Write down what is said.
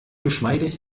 geschmeidig